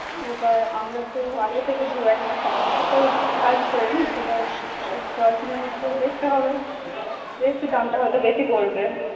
এবার আমরা তো আগে থেকে দু একমাস আগের থেকে কাজ ধরে নিই এবার দশ দিনের মধ্যে দেখতে হবে যেহেতু দামটা হয়তো বেশি পড়বে